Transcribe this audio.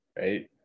right